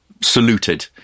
saluted